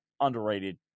underrated